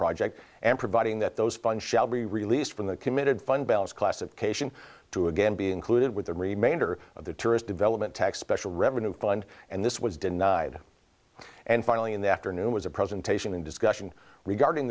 project and providing that those funds shall be released from the committed fund balance classification to again be included with the remainder of the tourist development tax special revenue fund and this was denied and finally in the afternoon was a presentation and discussion regarding